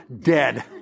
dead